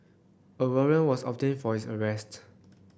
a warrant was obtained for his arrest